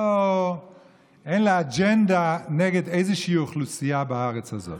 שאין לה אג'נדה נגד איזושהי אוכלוסייה בארץ הזאת,